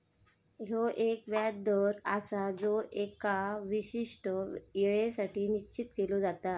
ह्यो एक व्याज दर आसा जो एका विशिष्ट येळेसाठी निश्चित केलो जाता